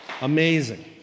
amazing